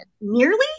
nearly